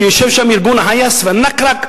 כי יושב שם ארגון היא"ס וה-NJCRAC,